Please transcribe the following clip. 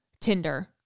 Tinder